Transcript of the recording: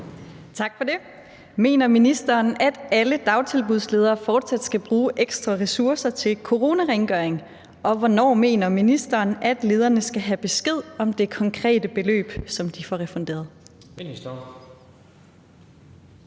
Tak for det. Mener ministeren, at alle dagtilbudsledere fortsat skal bruge ekstra ressourcer til coronarengøring, og hvornår mener ministeren at lederne skal have besked om det konkrete beløb, de får refunderet?